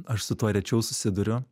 aš su tuo rečiau susiduriu